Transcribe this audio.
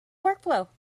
workflow